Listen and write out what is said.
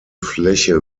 fläche